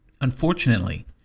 Unfortunately